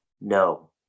no